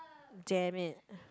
damn it